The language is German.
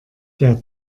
der